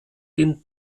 den